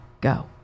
Go